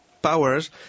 powers